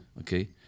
okay